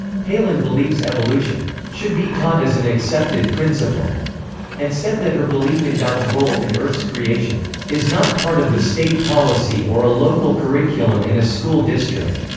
palin believes evolution should be taught as an accepted principle and said that her belief in god's role in earth's creation is not part of the state policy or a local curriculum in a school district.